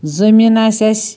زمیٖن آسہِ اسہِ